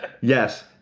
Yes